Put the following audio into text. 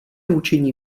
hučení